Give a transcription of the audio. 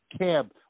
cab